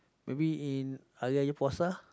maybe in Hari-Raya-Puasa